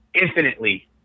infinitely